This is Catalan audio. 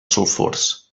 sulfurs